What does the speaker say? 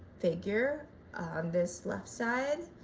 figure on this left side